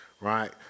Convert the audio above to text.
Right